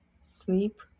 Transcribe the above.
sleep